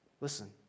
Listen